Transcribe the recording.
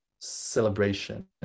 celebration